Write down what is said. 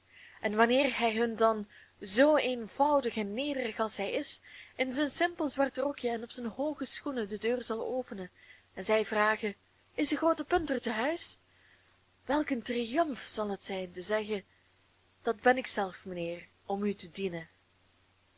en wanneer hij hun dan zoo eenvoudig en nederig als hij is in zijn simpel zwart rokjen en op zijn hooge schoenen de deur zal openen en zij vragen is de groote punter te huis welk een triumf zal het zijn te zeggen dat ben ik zelf mijnheer om u te dienen